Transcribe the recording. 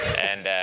and